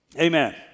Amen